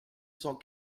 cent